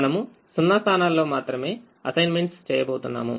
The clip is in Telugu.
మనము 0 స్థానాలలో మాత్రమేఅసైన్మెంట్స్ చేయబోతున్నాము